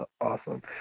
awesome